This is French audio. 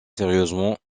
sérieusement